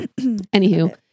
anywho